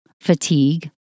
fatigue